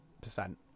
percent